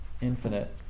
infinite